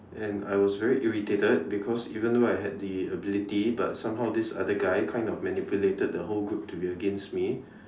and I was very irritated because even though I had the ability but somehow this guy kind of manipulate the whole group to be against me